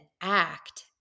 act